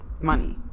money